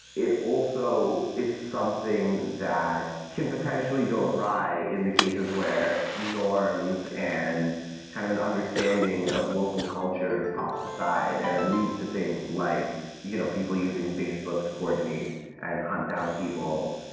it also it's something that can potentially go awry in the cases where norms and kind of an understanding of local culture is tossed aside and it leads to things like you know people using facebook to coordinate and hunt down people.